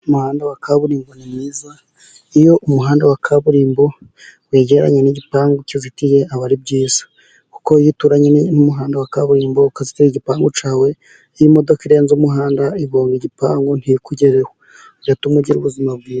Umuhanda wa kaburimbo ni mwiza . Iyo umuhanda wa kaburimbo wegeranye n'igipangu kizitiye ,aba ari byiza kuko iyo uturanye n' umuhanda wa kaburimbo ukazitira igipangu cyawe ,imodoka irenze umuhanda, igonga igipangu ntikugereho, bigatuma ugira ubuzima bwiza.